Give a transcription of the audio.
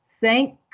Thank